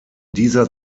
dieser